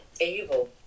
evil